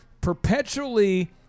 perpetually